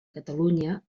catalunya